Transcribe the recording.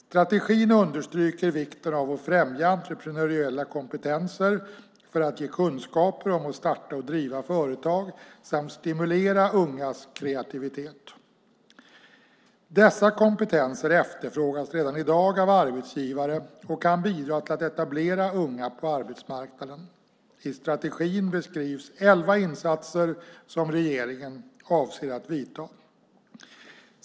Strategin understryker vikten av att främja entreprenöriella kompetenser för att ge kunskaper om att starta och driva företag samt stimulera ungas kreativitet. Dessa kompetenser efterfrågas redan i dag av arbetsgivare och kan bidra till att etablera unga på arbetsmarknaden. I strategin beskrivs elva insatser som regeringen avser att vidta.